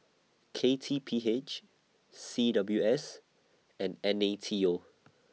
K T P H C W S and N A T O